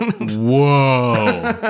Whoa